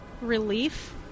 relief